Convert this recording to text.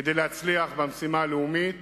כדי להצליח במשימה הלאומית